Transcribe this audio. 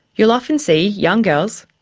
you often see young girls,